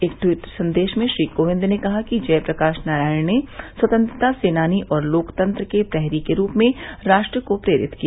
एक टवीट संदेश में श्री कोविंद ने कहा कि जय प्रकाश नारायण ने स्वतंत्रता सेनानी और लोकतंत्र के प्रहरी के रूप में राष्ट्र को प्रेरित किया